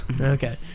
Okay